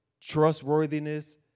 trustworthiness